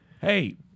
Hey